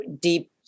deep